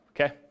Okay